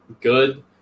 good